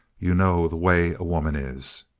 you know the way a woman is.